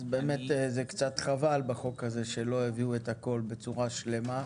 אז באמת זה קצת חבל בחוק הזה שלא הביאו את הכול בצורה שלמה,